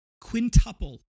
quintuple